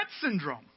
syndrome